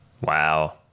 Wow